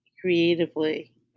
creatively